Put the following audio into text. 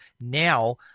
Now